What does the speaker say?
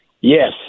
Yes